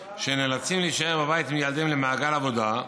שנאלצים להישאר בבית עם ילדיהם למעגל העבודה.